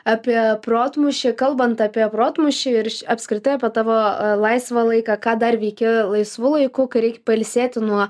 apie protmūšį kalbant apie protmūšį ir apskritai apie tavo laisvą laiką ką dar veiki laisvu laiku kai reikia pailsėti nuo